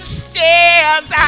stairs